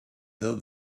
though